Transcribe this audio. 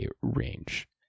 range